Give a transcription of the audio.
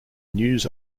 news